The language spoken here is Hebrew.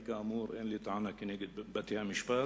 כאמור, אין לי טענה כנגד בתי-המשפט,